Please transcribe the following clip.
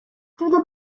through